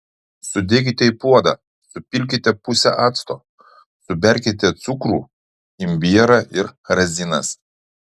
sudėkite į puodą supilkite pusę acto suberkite cukrų imbierą ir razinas